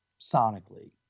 sonically